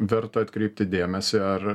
verta atkreipti dėmesį ar